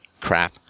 crap